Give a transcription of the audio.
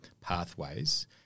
pathways